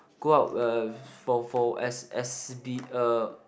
go out uh for for as as be a